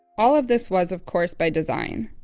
all of this was, of course, by design.